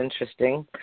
interesting